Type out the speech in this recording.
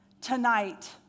tonight